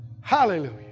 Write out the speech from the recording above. hallelujah